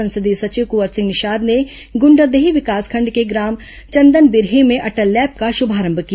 संसदीय सचिव कुंवर सिंह निषाद ने गु ंडरदेही विकासखंड के ग्राम चंदनबिरही में अटल लैब का शुभारंभ किया